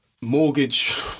mortgage